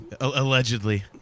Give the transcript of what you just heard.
allegedly